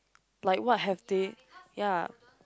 like what have they ya